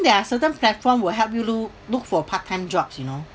there are certain platform will help you look look for part time jobs you know